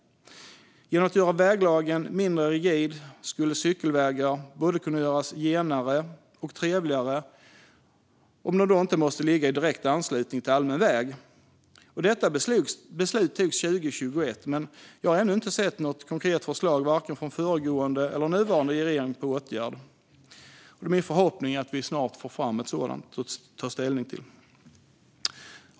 Genom att göra väglagen mindre rigid skulle cykelvägar kunna göras både genare och trevligare eftersom de inte måste ligga i direkt anslutning till allmän väg. Detta beslut togs 2021, men ännu har jag inte sett något konkret förslag till åtgärd från vare sig föregående eller nuvarande regering. Det är min förhoppning att vi snart får fram ett sådant att ta ställning till.